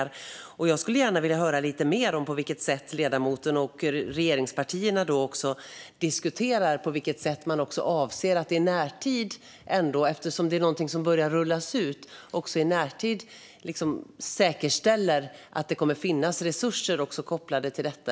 Eftersom detta är någonting som börjar rullas ut skulle jag gärna vilja höra lite mer om hur ledamoten och regeringspartierna diskuterar på vilket sätt man avser att i närtid säkerställa att det från regeringens sida kommer att finnas resurser kopplat till detta.